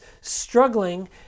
struggling